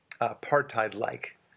apartheid-like